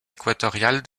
équatoriale